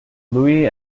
louis